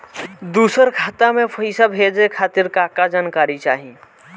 दूसर खाता में पईसा भेजे के खातिर का का जानकारी चाहि?